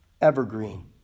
evergreen